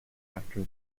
after